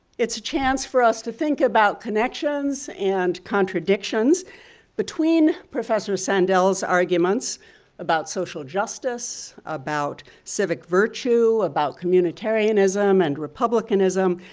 it's a chance for us to think about connections and contradictions between professor sandel's arguments about social justice, about civic virtue, about communitarianism and republicanism,